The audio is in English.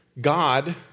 God